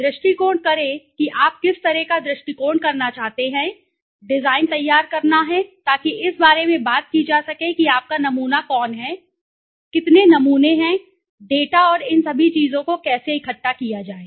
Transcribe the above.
दृष्टिकोण करें कि आप किस तरह का दृष्टिकोण करना चाहते हैं डिजाइन तैयार करना है ताकि इस बारे में बात की जा सके कि आपका नमूना कौन है कितने नमूने हैं डेटा और इन सभी चीजों को कैसे इकट्ठा किया जाए